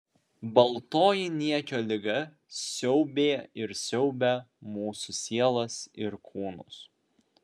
baltoji niekio liga siaubė ir siaubia mūsų sielas ir kūnus